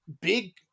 big